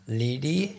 lady